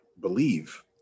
believe